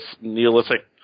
Neolithic